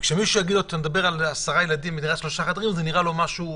וכשמישהו ידבר איתו על עשרה ילדים בדירת שלושה חדרים זה ייראה לו משהו